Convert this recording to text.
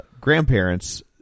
grandparents